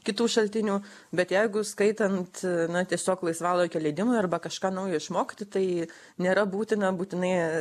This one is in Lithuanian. kitų šaltinių bet jeigu skaitant na tiesiog laisvalaikio leidimui arba kažką naujo išmokti tai nėra būtina būtinai